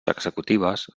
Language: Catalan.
executives